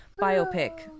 biopic